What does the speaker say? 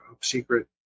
secret